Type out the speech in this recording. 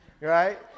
Right